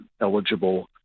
eligible